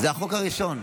זה החוק הראשון.